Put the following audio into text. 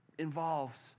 involves